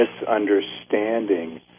misunderstanding